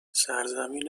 سرزمین